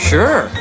Sure